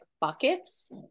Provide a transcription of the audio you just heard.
buckets